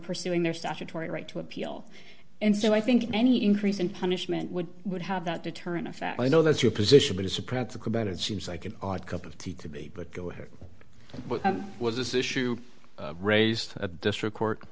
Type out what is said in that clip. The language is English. pursuing their statutory right to appeal and so i think any increase in punishment would would have that deterrent effect i know that's your position but it's a practical matter it seems like an odd cup of tea to be but go ahead what was this issue raised at district court